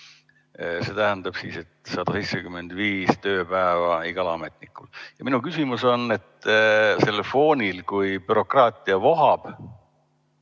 See tähendab siis, et 175 tööpäeva igal ametnikul. Minu küsimus on, et sellel foonil, kui bürokraatia vohab,